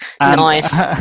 Nice